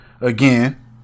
again